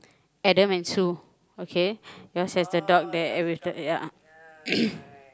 Adam and Sue okay yours has the dog there and with the ya